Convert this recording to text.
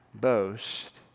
boast